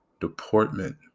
deportment